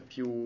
Più